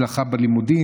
הצלחה בלימודים.